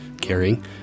carrying